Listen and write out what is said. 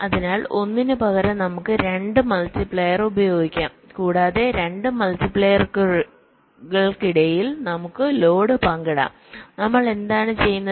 അതിനാൽ ഒന്നിന് പകരം നമുക്ക് 2 മൾട്ടിപ്ലയർ ഉപയോഗിക്കാം കൂടാതെ 2 മൾട്ടിപ്ലയർകൾക്കിടയിൽ നമ്മുടെ ലോഡ് പങ്കിടാം നമ്മൾ എന്താണ് ചെയ്യുന്നത്